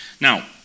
Now